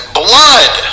blood